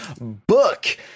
book